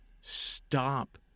stop